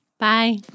bye